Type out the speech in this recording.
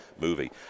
movie